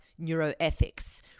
neuroethics